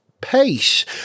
Pace